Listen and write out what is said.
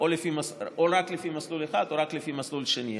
או רק לפי מסלול אחד או רק לפי מסלול שני,